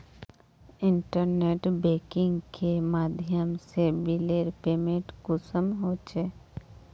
Internet banking के माध्यम से बिलेर पेमेंट कुंसम होचे?